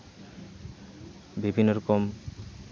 ᱵᱤᱵᱷᱤᱱᱱᱚ ᱨᱚᱠᱚᱢ